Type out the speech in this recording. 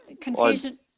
Confusion